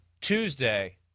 Tuesday